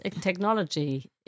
technology